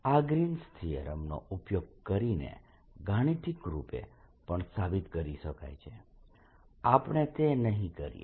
આ Green's theorem નો ઉપયોગ કરીને ગાણિતિક રૂપે પણ સાબિત કરી શકાય છે આપણે તે નહિ કરીએ